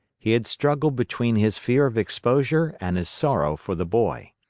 he had struggled between his fear of exposure and his sorrow for the boy.